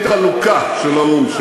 זו המדינה שלנו.